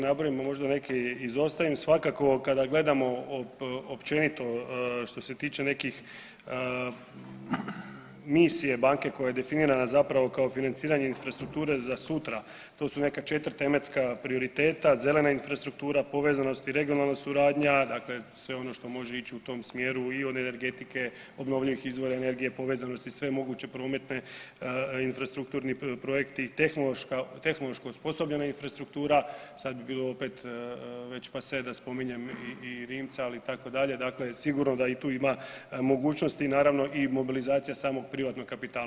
Bilo bi nezahvalno možda neke izostavim, svakako kada gledamo općenito što se tiče nekih misije banke koja je definirana zapravo kao financiranje infrastrukture za sutra, to su neka 4 tematska prioriteta zelena infrastruktura, povezanost i regionalna suradnja, dakle sve ono što može ići u tom smjeru i od energetike, obnovljivih izvora energije, povezanosti sve moguće prometne, infrastrukturni projekti i tehnološko osposobljena infrastruktura, sad bi bilo opet već passe da spominjem i Rimca itd., dakle sigurno da i tu ima mogućnosti naravno i mobilizacija samog privatnog kapitala.